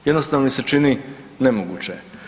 Jednostavno mi se čini nemoguće.